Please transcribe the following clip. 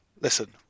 Listen